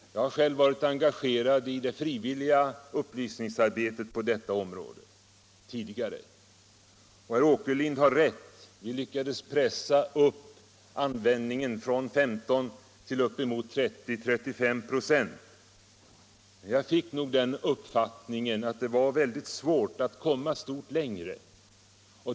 Jag har själv tidigare varit engagerad i det frivilliga upplysningsarbetet på detta område. Herr Åkerlind har rätt i att vi lyckades pressa upp användningen från 15 96 till 30 å 35 96. Men jag fick uppfattningen att det var mycket svårt att komma stort längre.